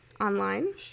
online